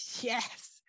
Yes